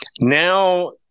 Now